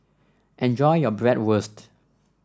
enjoy your Bratwurst